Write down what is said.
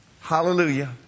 Hallelujah